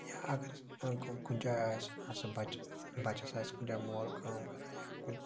یا اَگر اَسہِ کُنۍ جایہِ آسہِ بَچہٕ بَچَس آسہِ کُنۍ جایہِ مول کٲم کران یا کُنۍ